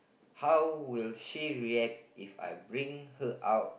how will she react If I bring her out